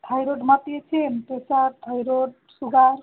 thyroid মাপিয়েছেন pressure thyroid sugar